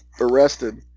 arrested